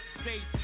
states